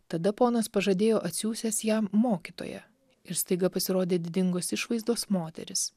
tada ponas pažadėjo atsiųsiąs jam mokytoją ir staiga pasirodė didingos išvaizdos moteris